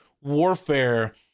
warfare